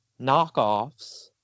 knockoffs